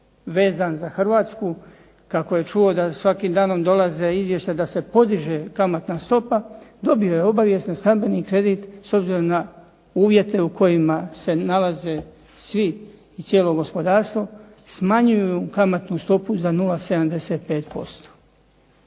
vezan za Hrvatsku, kako je čuo da svakim danom dolaze izvještaji da se podiže kamatna stopa, dobio je obavijest za stambeni kredit s obzirom na uvjete u kojima se nalaze svi i cijelo gospodarstvo, smanjuju mu kamatnu stopu za 0,75%.